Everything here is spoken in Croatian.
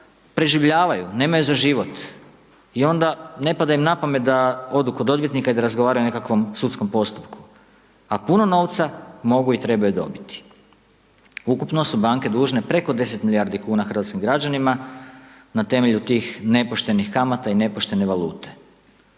preživljavaju, nemaju za život i onda ne pada im na pamet da odu kod odvjetnika i da razgovaraju o nekom sudskom postupku, a puno novca mogu i trebaju dobiti. Ukupno su banke dužne preko 10 milijardi kn hrvatskim građanima, na temelju tih nepoštenih kamata i nepoštene valute.